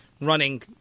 running